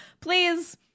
please